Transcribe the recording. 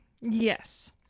Yes